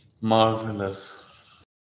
Marvelous